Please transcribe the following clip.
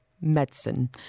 medicine